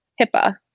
HIPAA